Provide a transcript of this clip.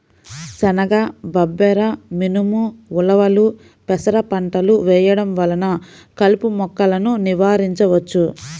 శనగ, బబ్బెర, మినుము, ఉలవలు, పెసర పంటలు వేయడం వలన కలుపు మొక్కలను నివారించవచ్చు